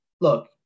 Look